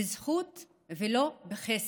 בזכות ולא בחסד.